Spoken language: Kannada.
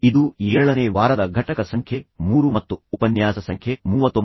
ಇದು ಏಳನೇ ವಾರದ ಘಟಕ ಸಂಖ್ಯೆ 3 ಮತ್ತು ಉಪನ್ಯಾಸ ಸಂಖ್ಯೆ 39